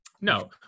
No